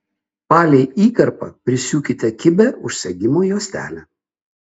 palei įkarpą prisiūkite kibią užsegimo juostelę